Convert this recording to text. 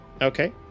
Okay